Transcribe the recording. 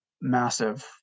massive